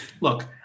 look